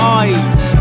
eyes